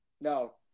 No